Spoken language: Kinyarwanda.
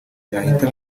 yahita